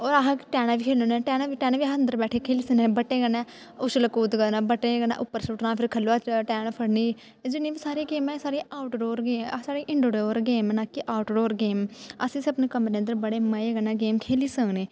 होर अह् टैना बी खेलने होन्ने टैना बी टैना बी अह् अंदर बैठियै खेली सकने बट्टें कन्नै उछल कूद करने बट्टें कन्नै उप्पर सुट्टना फिर खल्लुआं टैना फड़नी एह् जिन्नियां बी सारियां गेमां ऐं एह् सारियां आऊटडोर गै ऐ अह् सारी इनडोर गेम न कि आऊटडोर गेम अस इस्सी अपने कमरे अंदर बड़े मजे कन्नै गेम खेली सकने